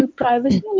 privacy